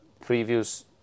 previous